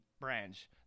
Branch